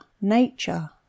nature